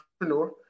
entrepreneur